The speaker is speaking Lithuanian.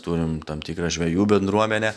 turim tam tikrą žvejų bendruomenę